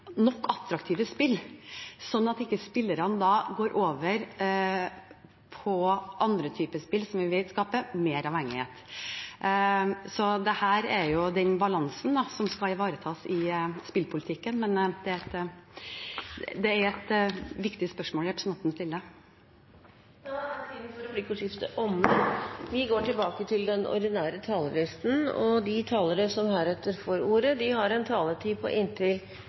nok attraktive spill, slik at spillerne ikke går over til andre typer spill som vi vet skaper mer avhengighet. Så dette er jo den balansen som skal ivaretas i spillpolitikken, men det er et viktig spørsmål representanten stiller. Replikkordskiftet er omme. De talere som heretter får ordet, har en taletid på inntil 3 minutter. Det er mye som står på spill når vi i dag debatterer framtidens spillpolitikk. Som mange har vært inne på,